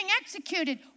executed